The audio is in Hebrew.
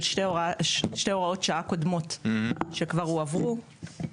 שתי הוראות שעה קודמות שכבר הועברו.